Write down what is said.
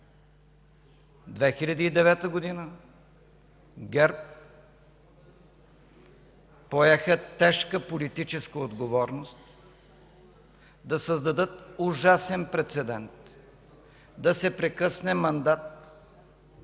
2009 г. ГЕРБ поеха тежка политическа отговорност да създадат ужасен прецедент – да се прекъсне мандат